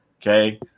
Okay